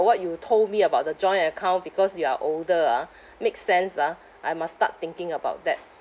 what you told me about the joint account because you are older ah makes sense lah I must start thinking about that